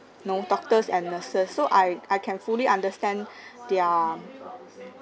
know doctors and nurses so I I can fully understand their